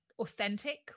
authentic